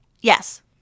yes